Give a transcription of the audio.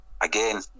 again